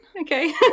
Okay